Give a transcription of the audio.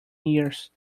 years